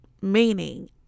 meaning